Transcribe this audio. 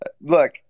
Look